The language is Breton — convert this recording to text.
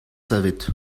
savet